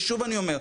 ושוב אני אומר,